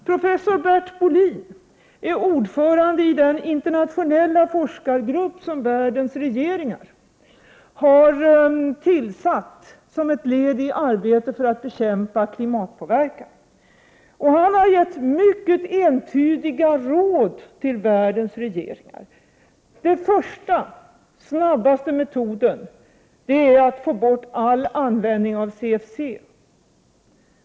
Professor Bert Bolin är ordförande i den internationella forskargrupp som världens regeringar tillsatt som ett led i arbetet med att bekämpa klimatpåverkan. Han har gett mycket entydiga råd till världens regeringar. Den snabbaste metoden är att få bort all användning av CFC.